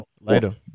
Later